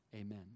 Amen